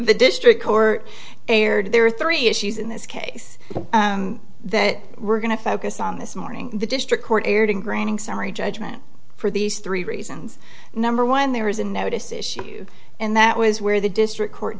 the district court erred there are three issues in this case that we're going to focus on this morning the district court erred in granting summary judgment for these three reasons number one there was a notice issue and that was where the district court